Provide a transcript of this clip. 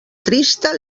trista